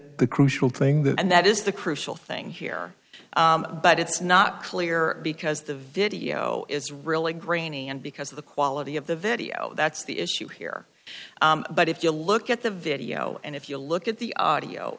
the crucial thing that and that is the crucial thing here but it's not clear because the video is really grainy and because of the quality of the video that's the issue here but if you look at the video and if you look at the audio